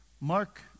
Mark